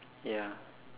ya